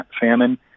famine